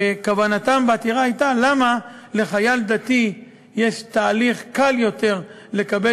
שכוונתם בעתירה הייתה: למה לחייל דתי יש תהליך קל יותר לקבל